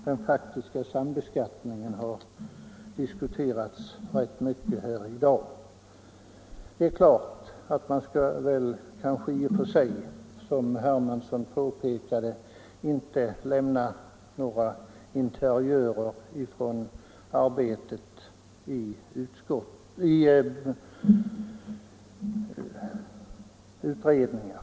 Den faktiska sambeskattningen har diskuterats rätt mycket här i dag. Det är klart att man, som herr Hermansson påpekade, inte skall lämna ut några interiörer från arbetet i utredningar.